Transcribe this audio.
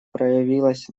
проявилась